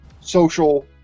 social